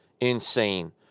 insane